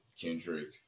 Kendrick